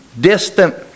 distant